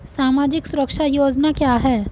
सामाजिक सुरक्षा योजना क्या है?